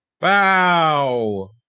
Wow